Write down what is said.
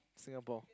Singapore